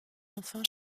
enfin